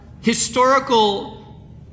historical